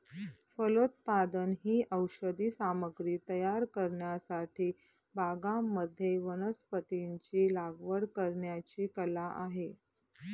फलोत्पादन ही औषधी सामग्री तयार करण्यासाठी बागांमध्ये वनस्पतींची लागवड करण्याची कला आहे